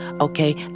Okay